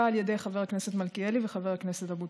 על ידי חבר הכנסת מלכיאלי וחבר הכנסת אבוטבול.